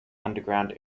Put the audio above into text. underground